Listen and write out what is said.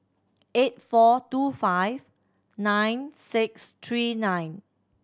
eight four two five nine six three nine